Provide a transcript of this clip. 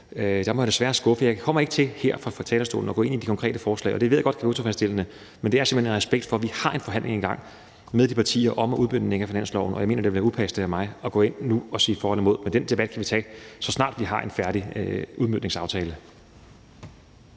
jeg desværre skuffe spørgeren. Jeg kommer ikke til her fra talerstolen at gå ind i de konkrete forslag. Og det ved jeg godt er utilfredsstillende, men det er simpelt hen i respekt for, at vi har en forhandling i gang med de partier om udmøntningen af de midler på finansloven, og jeg mener, det vil være upassende af mig at gå ind nu og sige for eller imod. Men den debat kan vi tage, så snart vi har en færdig udmøntningsaftale.